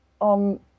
on